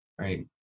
right